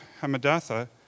Hamadatha